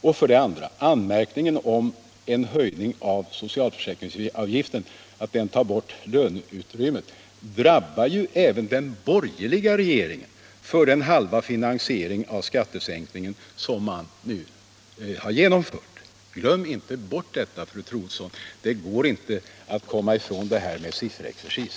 Och anmärkningen om att höjningen av socialförsäkringsavgiften tar bort löneutrymmet drabbar ju även den borgerliga regeringen för den halva finansiering av skattesänkningen som man nu har genomfört. Glöm inte bort detta, fru Troedsson. Det går inte att komma ifrån det här med sifferexercis.